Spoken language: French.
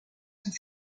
sont